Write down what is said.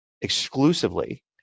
exclusively